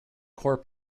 core